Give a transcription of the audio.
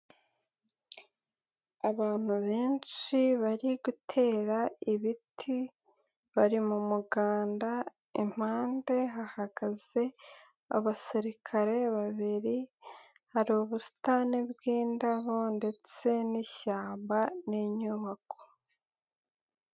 Abantu benshi bari gutera ibiti bari mu muganda impande hahagaze abasirikare babiri, hari ubusitani bw'indabo ndetse n'ishyamba n'inyubako.